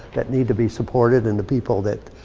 that need to be supported. and the people that